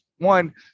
One